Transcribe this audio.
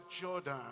Jordan